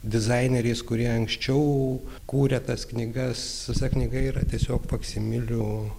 dizaineriais kurie anksčiau kūrė tas knygas visa knyga yra tiesiog faksimilių